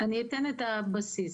אני אתן את הבסיס.